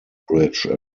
bridge